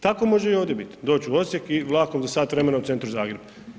Tako može i ovdje bit, doći u Osijek i vlakom za sat vremena u centru Zagreba.